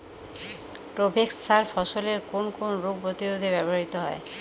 Provex সার ফসলের কোন কোন রোগ প্রতিরোধে ব্যবহৃত হয়?